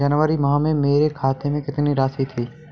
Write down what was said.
जनवरी माह में मेरे खाते में कितनी राशि थी?